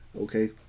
Okay